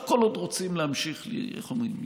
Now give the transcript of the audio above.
כל עוד רוצים להמשיך, איך אומרים?